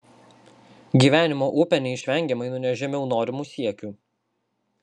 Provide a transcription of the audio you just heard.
gyvenimo upė neišvengiamai nuneš žemiau norimų siekių